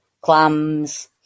clams